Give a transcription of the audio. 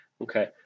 Okay